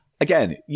again